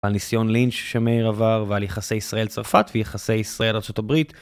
על ניסיון לינץ' שמאיר עבר, ועל יחסי ישראל-צרפת ויחסי ישראל-ארה״ב.